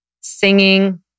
singing